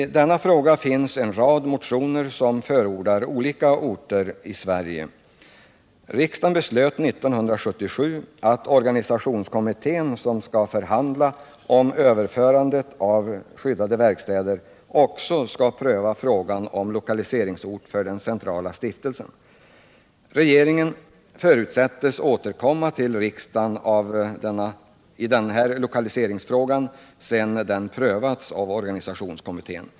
Här finns det en rad motioner där olika orter förordas. Riksdagen beslöt 1977 att organisationskommittén som skall förhandla om överförande av skyddade verkstäder också skall pröva frågan om lokaliseringsort för den centrala stiftelsen. Regeringen förutsätts i denna lokaliseringsfråga återkomma till riksdagen sedan frågan prövats av organisations kommittén.